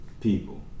people